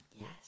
yes